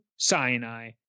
Sinai